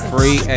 Free